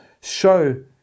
show